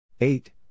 Eight